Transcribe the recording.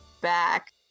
back